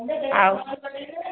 ଆଉ